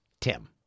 Tim